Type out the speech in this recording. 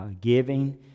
giving